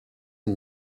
and